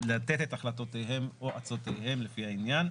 את החלטותיהם או עיצותיהם לפי העניין.